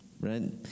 right